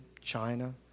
China